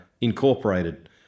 Incorporated